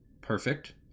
perfect